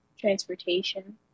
Transportation